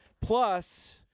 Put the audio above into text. Plus